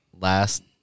last